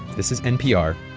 this is npr.